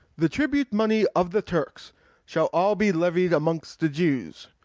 the tribute-money of the turks shall all be levied amongst the jews,